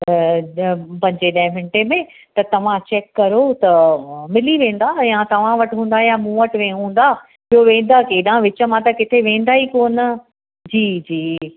त पंजें ॾह मिंटें में त तव्हां चैक करो त मिली वेंदा या तव्हां वटि हूंदा या मूं वटि हूंदा ॿियो वेंदा केॾांहं विच मां त किथे वेंदा ई कोन जी जी